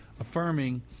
affirming